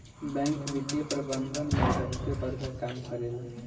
bank वित्तीय प्रबंधन में बहुते बड़का काम करेला